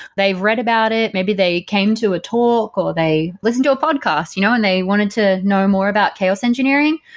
they've read about it. maybe they came to a talk, or they listen to a podcast you know and they wanted to know more about chaos engineering.